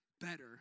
better